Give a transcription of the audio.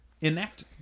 enact